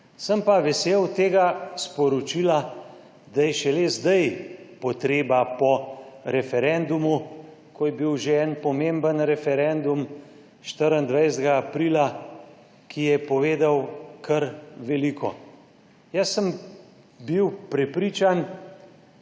Sem pa vesel sporočila, da je šele zdaj potreba po referendumu, ko je bil že en pomemben referendum 24. aprila, ki je povedal kar veliko. Jaz sem bil prepričan,